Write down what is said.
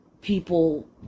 people